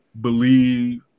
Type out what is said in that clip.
believe